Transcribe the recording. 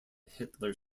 hitler